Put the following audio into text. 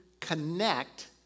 connect